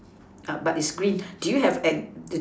err but it's green do you have an the